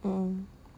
mm